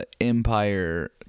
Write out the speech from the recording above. Empire